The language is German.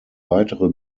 weitere